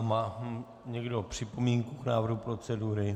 Má někdo připomínku k návrhu procedury?